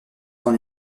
dans